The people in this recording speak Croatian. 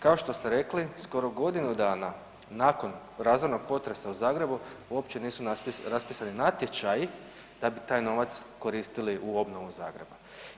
Kao što ste rekli skoro godinu dana nakon razornog potresa u Zagrebu uopće nisu raspisani natječaji da bi taj novac koristili u obnovu Zagreba.